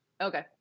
Okay